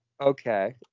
Okay